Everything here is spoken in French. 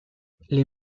les